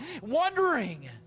wondering